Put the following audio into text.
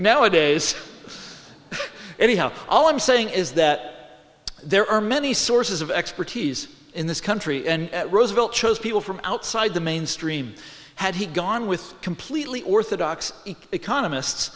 nowadays anyhow all i'm saying is that there are many sources of expertise in this country and roosevelt chose people from outside the mainstream had he gone with completely orthodox economists